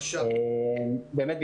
באמת,